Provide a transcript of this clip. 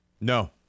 No